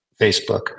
Facebook